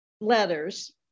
letters